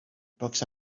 books